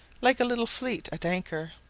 like a little fleet at anchor.